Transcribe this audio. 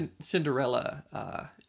Cinderella